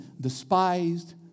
despised